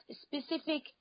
specific